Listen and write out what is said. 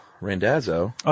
Randazzo